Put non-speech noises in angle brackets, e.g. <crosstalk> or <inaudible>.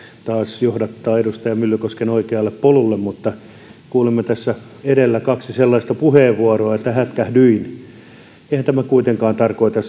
taas johdattaa edustaja myllykosken oikealle polulle kuulimme tässä edellä kaksi sellaista puheenvuoroa että hätkähdin eihän tämä nyt kuitenkaan tarkoita <unintelligible>